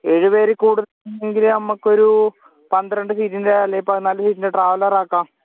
ഏഴുപേരിൽ കൂടുതൽ ഉണ്ടെങ്കില് നമ്മൾക്ക് ഒരു പന്ത്രണ്ട് സീറ്റിൻ്റെ അല്ലെങ്കിൽ പതിനാല് സീറ്റ് ട്രാവലർ ആക്കാം